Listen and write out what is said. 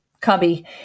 cubby